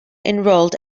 enrolled